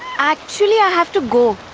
actually, i have to go.